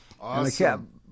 Awesome